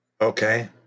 Okay